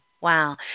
wow